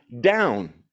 down